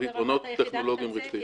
לא ברמת יחידת הקצה?